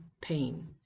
pain